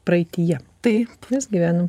praeityje tai mes gyvenam